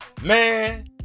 man